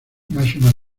national